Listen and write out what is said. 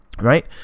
right